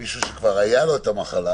מישהו שכבר היה לו את המחלה